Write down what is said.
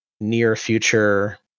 near-future